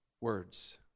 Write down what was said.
words